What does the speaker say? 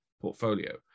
portfolio